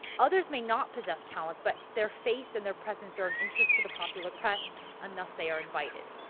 others may not possess talent but their face and their presence are of interest to the popular press enough they are invited.